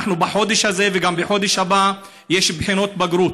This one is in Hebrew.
בחודש הזה ובחודש הבא יש בחינות בגרות,